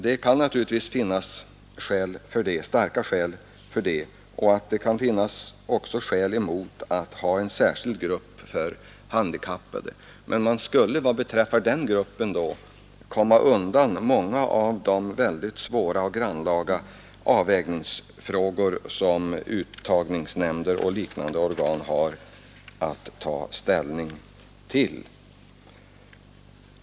Det kan naturligtvis finnas starka skäl för det, och det kan också finnas skäl emot att man har en särskild grupp för handikappade, men man skulle vad beträffar den gruppen komma undan många av de mycket svåra och grannlaga avvägningsfrågor som uttagningsnämnder och liknande organ måste ta ställning till.